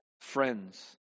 friends